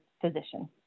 physician